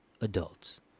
Adults